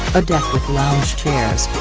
a deck with lounge chairs,